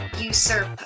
usurp